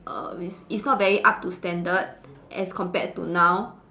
err it's it's not very up to standard as compared to now